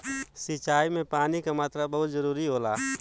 सिंचाई में पानी क मात्रा बहुत जरूरी होला